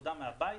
עבודה מהבית,